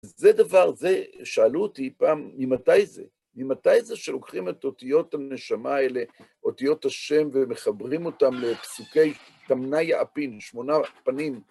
אז זה דבר, זה שאלו אותי פעם, ממתי זה? ממתי זה שלוקחים את אותיות הנשמה האלה, אותיות השם, ומחברים אותם לפסוקי תמניא אפי, שמונה פנים?